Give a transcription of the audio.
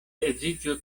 edziĝo